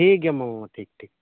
ᱴᱷᱤᱠ ᱜᱮᱭᱟ ᱢᱟ ᱢᱟ ᱴᱷᱤᱠ ᱴᱷᱤᱠ